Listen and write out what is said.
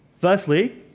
Firstly